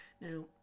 Now